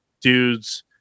dudes